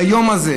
ביום הזה,